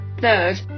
third